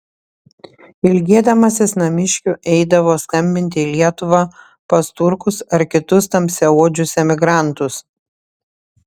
ilgėdamasis namiškių eidavo skambinti į lietuvą pas turkus ar kitus tamsiaodžius emigrantus